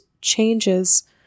changes